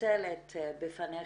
מתנצלת בפניכם,